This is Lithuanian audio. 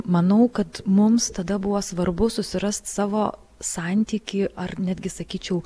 manau kad mums tada buvo svarbu susirast savo santykį ar netgi sakyčiau